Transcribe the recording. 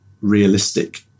realistic